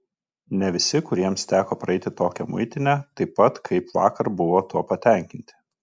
ne visi kuriems teko praeiti tokią muitinę taip pat kaip vakar buvo tuo patenkinti